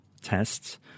tests